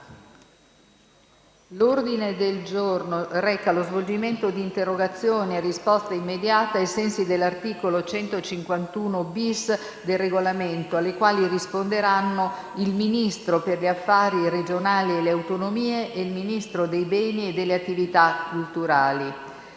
L'ordine del giorno reca lo svolgimento di interrogazioni a risposta immediata, ai sensi dell'articolo 151-*bis* del Regolamento, alle quali risponderanno il Ministro per gli affari regionali e le autonomie e il Ministro per i beni e le attività culturali.